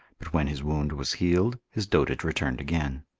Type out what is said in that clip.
but when his wound was healed, his dotage returned again.